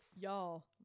Y'all